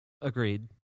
Agreed